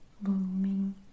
blooming